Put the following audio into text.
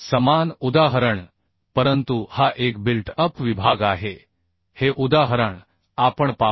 समान उदाहरण परंतु हा एक बिल्ट अप विभाग आहे हे उदाहरण आपण पाहू